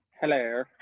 Hello